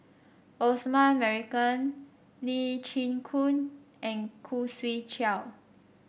Osman Merican Lee Chin Koon and Khoo Swee Chiow